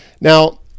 Now